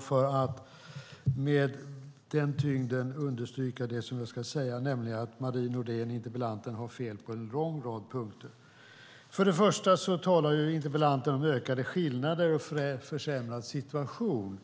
för att understryka det som jag ska säga, nämligen att interpellanten Marie Nordén har fel på en lång rad punkter. Först och främst talar interpellanten om ökade skillnader och en försämrad situation.